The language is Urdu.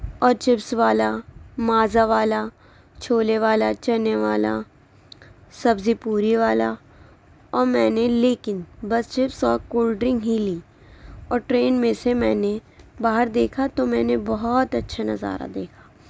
اور چپس والا مازا والا چھولے والا چنے والا سبزی پوری والا اور میں نے لیکن بس چپس اور کولڈرنک ہی لی اور ٹرین میں سے میں نے باہر دیکھا تو میں نے بہت اچھا نظارہ دیکھا